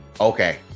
Okay